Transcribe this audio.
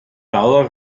blauer